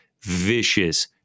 vicious